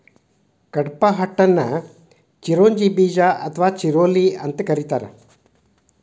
ಕಡ್ಪಾಹ್ನಟ್ ಅನ್ನು ಚಿರೋಂಜಿ ಬೇಜ ಅಥವಾ ಚಿರೋಲಿ ಅಂತ ಕರೇತಾರ